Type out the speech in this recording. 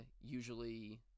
usually